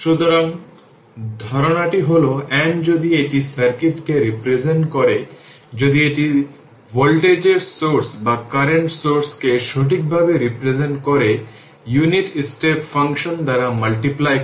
সুতরাং ধারণাটি হল n যদি এটি সার্কিটকে রিপ্রেজেন্ট করে যদি এটি ভোল্টেজের সোর্স বা কারেন্ট সোর্সকে সঠিকভাবে রিপ্রেজেন্ট করে ইউনিট স্টেপ ফাংশন দ্বারা মাল্টিপ্লাই করে